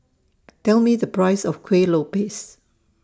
Tell Me The Price of Kuih Lopes